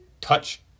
touch